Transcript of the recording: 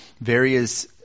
various